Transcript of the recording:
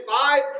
five